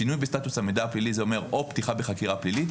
שינוי בסטטוס המידע הפלילי זה אומר או פתיחה בחקירה פלילית,